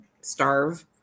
starve